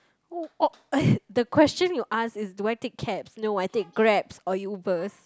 oo oh the question you ask is do I take cabs no I take Grabs or Ubers